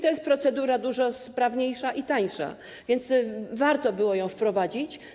To jest procedura dużo sprawniejsza i tańsza, więc warto było ją wprowadzić.